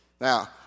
Now